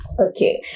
Okay